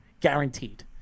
guaranteed